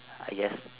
I guess